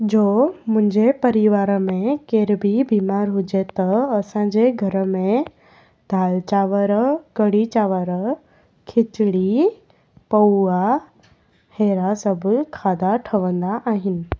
जो मुंहिंजे परिवार में केर बि बीमारु हुजे त असांजे घर में दालि चांवर कढ़ी चांवर खिचड़ी पौआ हेरा सभु खाधा ठहंदा आहिनि